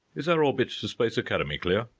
is our orbit to space academy clear?